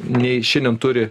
nei šiandien turi